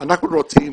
אנחנו רוצים